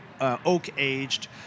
oak-aged